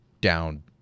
down